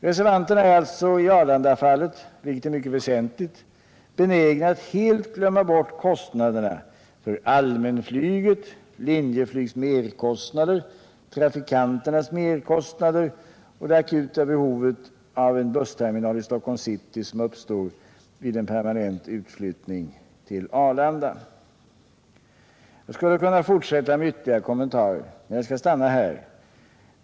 Reservanterna är alltså i Arlandafallet, vilket är mycket väsentligt, benägna att helt glömma bort kostnaderna för allmänflyget, Linjeflygs merkostnader, trafikanternas merkostnader och det akuta behov av en bussterminal i Stockholms city som uppstår vid en permanent utflyttning av Linjeflyg till Arlanda. Jag skulle kunna fortsätta med ytterligare kommentarer, men jag skall stanna här.